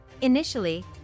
Initially